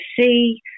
see